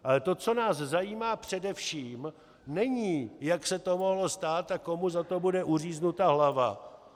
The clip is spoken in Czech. Ale to, co nás zajímá především, není, jak se to mohlo stát a komu za to bude uříznuta hlava.